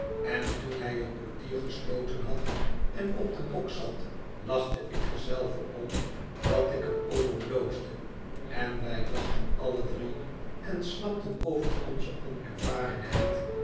en toen hij het portier gesloten had en op den bok zat lachte ik er zelve om dat ik er over bloosde en wij lachten alle drie en snapten over onze onervarenheid